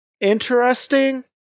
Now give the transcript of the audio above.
interesting